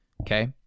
okay